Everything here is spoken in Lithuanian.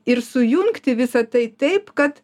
ir sujungti visa tai taip kad